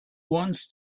wants